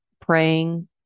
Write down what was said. praying